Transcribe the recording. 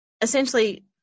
essentially